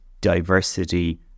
diversity